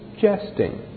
jesting